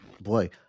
boy